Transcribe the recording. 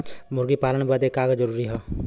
मुर्गी पालन बदे का का जरूरी ह?